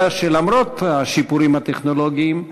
אלא שלמרות השיפורים הטכנולוגיים,